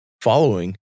following